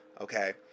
okay